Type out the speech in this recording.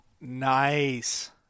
Nice